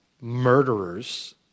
murderers